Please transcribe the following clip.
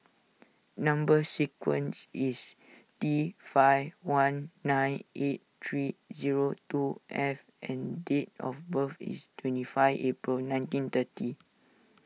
Number Sequence is T five one nine eight three zero two F and date of birth is twenty five April nineteen thirty